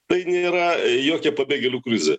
tai nėra jokia pabėgėlių krizė